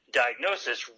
diagnosis